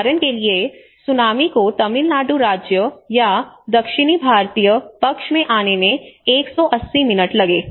उदाहरण के लिए सुनामी को तमिलनाडु राज्य या दक्षिणी भारतीय पक्ष में आने में 180 मिनट लगे